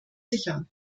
sicher